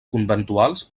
conventuals